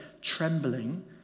trembling